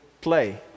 play